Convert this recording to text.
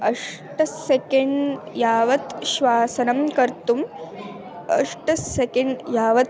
अष्ट सेकेण्ड् यावत् श्वसनं कर्तुम् अष्ट सेकेण्ड् यावत्